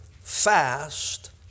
fast